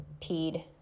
peed